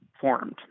formed